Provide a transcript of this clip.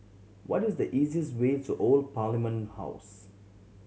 what is the easiest way to Old Parliament House